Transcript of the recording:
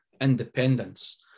independence